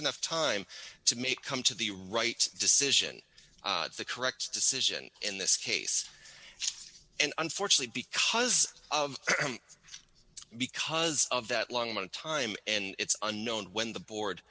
enough time to make come to the right decision the correct decision in this case and unfortunately because of because of that long time and it's unknown when the board